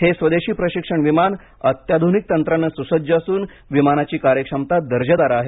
हे स्वदेशी प्रशिक्षण विमान अत्याधुनिक तंत्राने सुसज्ज असून विमानाची कार्यक्षमता दर्जेदार आहे